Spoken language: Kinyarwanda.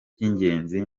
by’ingenzi